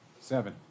Seven